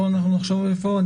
נחשוב על זה.